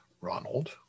Ronald